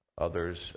others